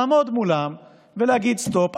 לעמוד מולם ולהגיד: סטופ.